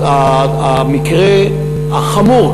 המקרה החמור,